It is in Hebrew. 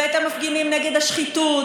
ואת המפגינים נגד השחיתות,